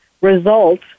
result